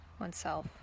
oneself